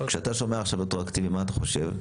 כשאתה שומע עכשיו רטרואקטיבי, מה אתה חושב?